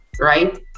right